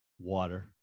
water